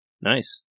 Nice